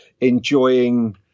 enjoying